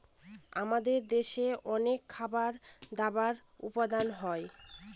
আমাদের দেশে অনেক খাবার দাবার উপাদান হয়